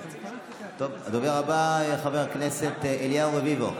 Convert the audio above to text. הדובר הבא, חבר הכנסת אליהו רביבו.